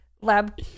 lab